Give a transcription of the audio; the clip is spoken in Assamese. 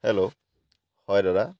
হেল্ল' হয় দাদা